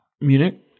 Munich